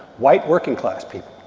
white, working-class people,